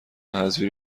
حذفی